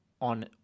on